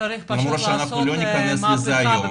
צריך פשוט לעשות מהפכה,